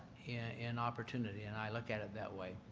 and opportunity and i look at it that way.